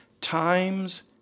times